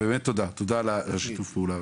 תודה על שיתוף הפעולה,